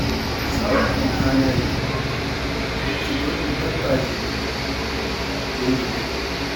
sam un haanayi, yikki goɗɗi dabbaji dow yimbe.